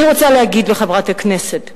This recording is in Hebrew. אני רוצה להגיד לחברת הכנסת עכשיו,